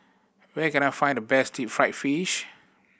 where can I find the best deep fried fish